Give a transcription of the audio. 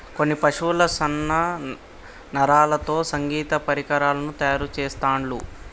కొన్ని పశువుల సన్న నరాలతో సంగీత పరికరాలు తయారు చెస్తాండ్లు